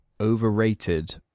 overrated